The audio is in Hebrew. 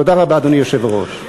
תודה רבה, אדוני היושב-ראש.